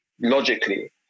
logically